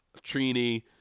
trini